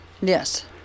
Yes